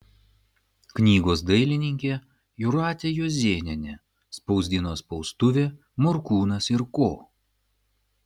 knygos dailininkė jūratė juozėnienė spausdino spaustuvė morkūnas ir ko